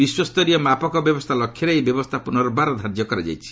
ବିଶ୍ୱସ୍ତରୀୟ ମାପକ ବ୍ୟବସ୍ଥା ଲକ୍ଷ୍ୟରେ ଏହି ବ୍ୟବସ୍ଥା ପୁନର୍ବାର ଧାର୍ଯ୍ୟ କରାଯାଇଛି